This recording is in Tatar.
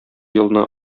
елны